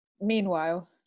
Meanwhile